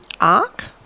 arc